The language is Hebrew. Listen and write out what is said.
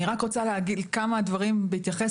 אני רוצה להגיד כמה דברים ולהתייחס.